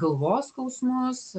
galvos skausmus